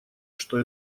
что